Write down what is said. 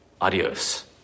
Adios